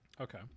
okay